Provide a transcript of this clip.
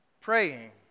praying